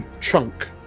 chunk